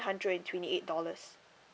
hundred and twenty eight dollars